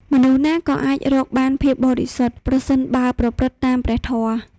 មនុស្សណាក៏អាចរកបានភាពបរិសុទ្ធ ប្រសិនបើប្រព្រឹត្តតាមព្រះធម៌។